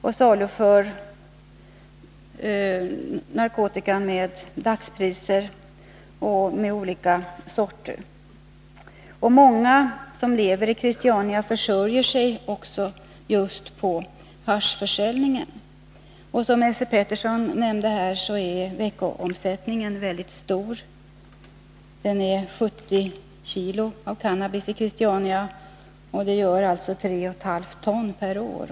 Man saluför narkotika av olika slag till dagspriser. Många som lever i Christiania försörjer sig just på haschförsäljning. Som Esse Petersson nämnde är veckoomsättningen väldigt stor. I Christiania säljs 70 kilo cannabis i veckan. Det gör 3,5 ton per år.